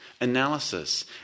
analysis